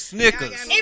Snickers